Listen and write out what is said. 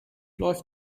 läuft